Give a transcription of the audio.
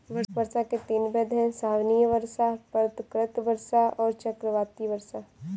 वर्षा के तीन भेद हैं संवहनीय वर्षा, पर्वतकृत वर्षा और चक्रवाती वर्षा